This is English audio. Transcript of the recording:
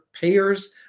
payers